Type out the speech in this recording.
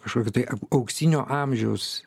kažkokio tai auksinio amžiaus